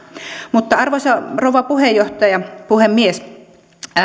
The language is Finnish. mutta arvoisa rouva puhemies